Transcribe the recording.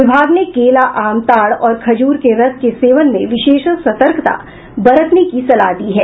विभाग ने केला आम ताड़ और खजूर के रस के सेवन में विशेष सतर्कता बरतने की सलाह दी है